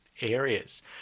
areas